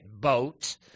boat